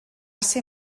ser